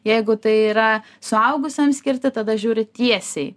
jeigu tai yra suaugusiam skirti tada žiūri tiesiai